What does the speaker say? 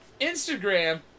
Instagram